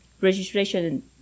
registration